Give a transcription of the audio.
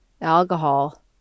alcohol